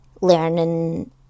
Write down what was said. learning